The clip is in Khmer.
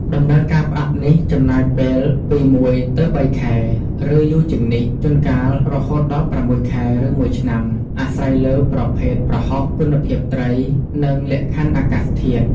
ដំណើរការផ្អាប់នេះចំណាយពេលពី ១ ទៅ ៣ ខែ ឬយូរជាងនេះ ជួនកាលរហូតដល់ ៦ ខែ ឬមួយឆ្នាំ អាស្រ័យលើប្រភេទប្រហុក គុណភាពត្រី និងលក្ខខណ្ឌអាកាសធាតុ។